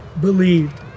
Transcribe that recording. believed